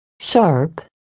sharp